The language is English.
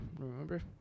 remember